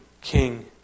king